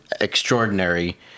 extraordinary